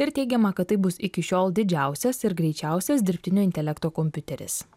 ir teigiama kad tai bus iki šiol didžiausias ir greičiausias dirbtinio intelekto kompiuteris